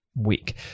week